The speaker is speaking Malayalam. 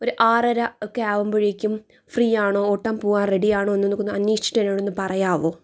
ഒരു ആറര ഒക്കെ ആവുമ്പോഴേക്കും ഫ്രീയാണോ ഓട്ടം പോവാൻ റെഡിയാണോ എന്നൊന്നൊക്കെ അന്വേഷിച്ചിട്ട് എന്നോടൊന്നു പറയാമോ